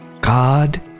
God